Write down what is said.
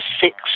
six